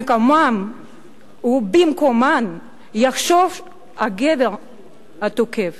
ובמקומן יחשוש הגבר התוקף.